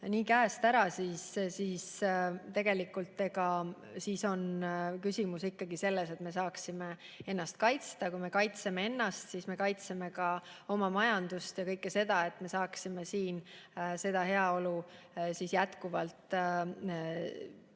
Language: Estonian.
nii käest ära, siis on küsimus ikkagi selles, et me saaksime ennast kaitsta. Kui me kaitseme ennast, siis me kaitseme ka oma majandust ja kõike seda, et me saaksime jätkuvalt elada